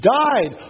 died